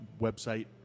website